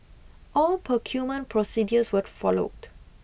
all procurement procedures were followed